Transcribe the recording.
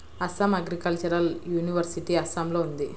Assam agricultural university అస్సాంలో ఉంది